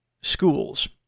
schools